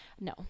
No